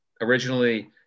originally